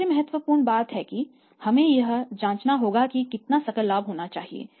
दूसरी महत्वपूर्ण बात यह है कि हमें यह जाँचना होगा कि कितना सकल लाभ होना चाहिए